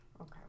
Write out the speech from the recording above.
Okay